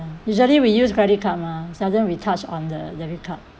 usually we use credit card mah seldom we touch on the debit card